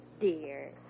dear